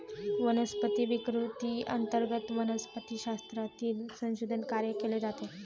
वनस्पती विकृती अंतर्गत वनस्पतिशास्त्रातील संशोधन कार्य केले जाते